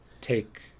take